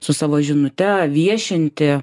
su savo žinute viešinti